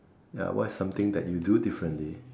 ya what's something that you do differently